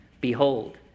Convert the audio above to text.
Behold